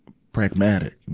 pragmatic, you